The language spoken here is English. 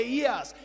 years